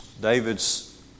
David's